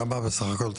כמה בסך הכול?